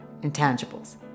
intangibles